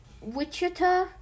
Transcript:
wichita